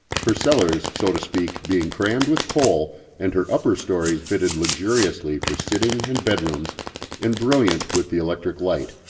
her cellars, so to speak, being crammed with coal and her upper stories fitted luxuriously for sitting and bed rooms and brilliant with the electric light.